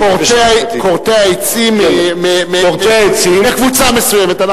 כורתי העצים מקבוצה מסוימת.